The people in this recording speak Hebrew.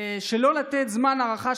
שלא לתת הארכה,